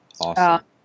Awesome